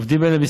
עובדים אלה,